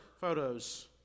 photos